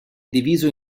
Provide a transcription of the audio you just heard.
diviso